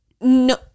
no